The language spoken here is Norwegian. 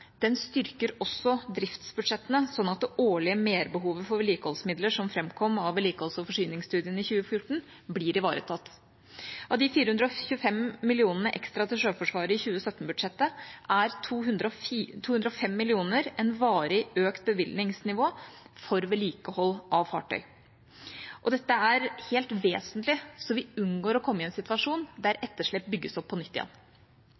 den styrker også driftsbudsjettene, slik at det årlige merbehovet for vedlikeholdsmidler, som framkom av vedlikeholds- og forsyningsstudien i 2014, blir ivaretatt. Av de 425 mill. kr ekstra til Sjøforsvaret i 2017-budsjettet er 205 mill. kr et varig økt bevilgningsnivå for vedlikehold av fartøy. Dette er helt vesentlig, slik at vi unngår å komme i en situasjon der etterslep bygges opp på nytt igjen.